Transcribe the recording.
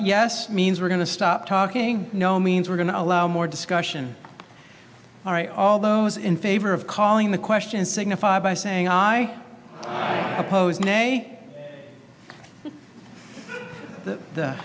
yes means we're going to stop talking no means we're going to allow more discussion all right all those in favor of calling the question signify by saying i oppose nay th